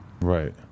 Right